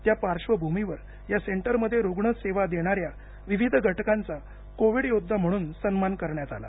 त्या पार्श्वभूमीवर या सेंटरमध्ये रूग्णसेवा देणा या विविध घटकांचा कोविड योध्दा म्हणून सन्मान करण्यात आला